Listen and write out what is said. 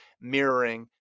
mirroring